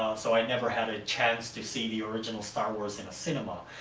so i never had a chance to see the original star wars in a cinema.